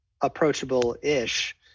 approachable-ish